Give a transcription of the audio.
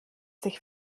sich